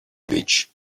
beach